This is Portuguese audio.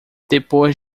depois